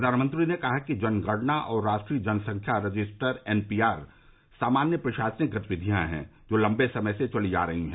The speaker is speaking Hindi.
प्रधानमंत्री ने कहा कि जनगणना और राष्ट्रीय जनसंख्या रजिस्टर एनपीआर सामान्य प्रशासनिक गतिविधियां हैं जो लम्बे समय से चली आ रही हैं